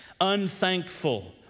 unthankful